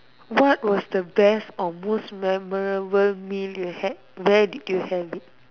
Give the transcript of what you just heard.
what was the best or most memorable meal you had where did you have it